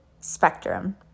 spectrum